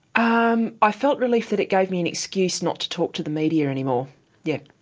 um i felt relief that it gave me an excuse not to talk to the media any more, yes.